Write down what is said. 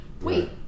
wait